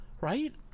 right